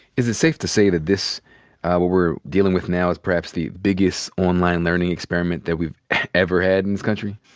is it safe to say that this what we're dealing with now is perhaps the biggest online learning experiment that we've ever had in this country?